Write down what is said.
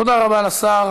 תודה רבה לשר.